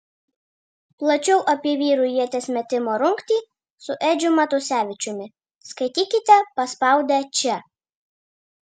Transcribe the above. plačiau apie vyrų ieties metimo rungtį su edžiu matusevičiumi skaitykite paspaudę čia